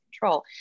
control